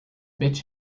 bitch